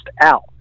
out